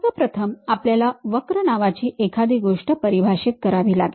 सर्व प्रथम आपल्याला वक्र नावाची एखादी गोष्ट परिभाषित करावी लागेल